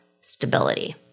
stability